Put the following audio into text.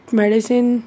medicine